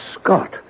Scott